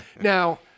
Now